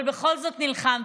אבל בכל זאת נלחמתי,